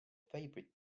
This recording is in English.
favorite